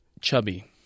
chubby